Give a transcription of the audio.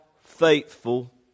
faithful